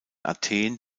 athen